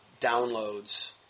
downloads